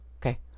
Okay